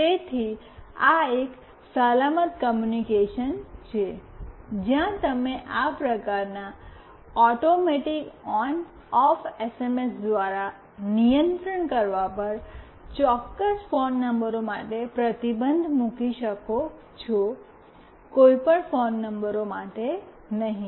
તેથી આ એક સલામત કૉમ્યૂનિકેશન છે જ્યાં તમે આ પ્રકારના ઑટોમૅટિક ઓન ઑફ એસએમએસ દ્વારા નિયંત્રણ કરવા પર ચોક્કસ ફોન નંબરો માટે પ્રતિબંધ મૂકી શકો છો કોઈ પણ ફોન નંબરો માટે નહીં